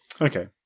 Okay